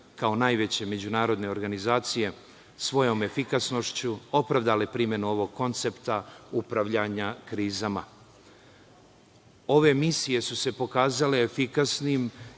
kao najveće međunarodne organizacije svojom efikasnošću opravdali primenu ovog koncepta upravljanja krizama. Ove misije su se pokazale efikasnim